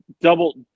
double